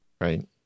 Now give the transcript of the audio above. Right